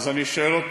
מה לא נכון,